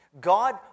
God